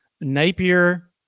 Napier